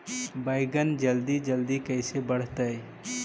बैगन जल्दी जल्दी कैसे बढ़तै?